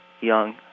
young